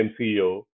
CEO